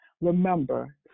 Remember